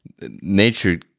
nature